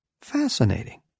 Fascinating